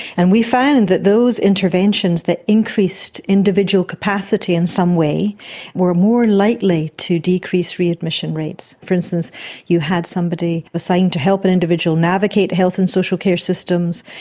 and we found that those interventions that increased individual capacity in some way were more likely to decrease readmission rates. for instance, if you had somebody assigned to help an individual navigate health and social care systems,